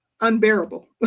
unbearable